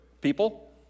people